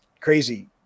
crazy